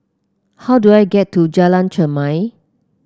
how do I get to Jalan Chermai